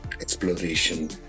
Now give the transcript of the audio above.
exploration